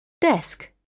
desk